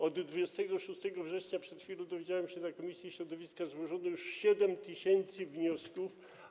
Od 26 września, jak przed chwilą dowiedziałem się w komisji środowiska, złożono już 7 tys. wniosków.